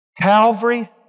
Calvary